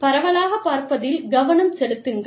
பரவலாகப் பார்ப்பதில் கவனம் செலுத்துங்கள்